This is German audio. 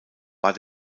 war